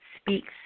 speaks